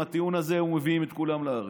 עם הטיעון הזה היו מביאים את כולם לארץ.